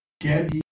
Get